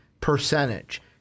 percentage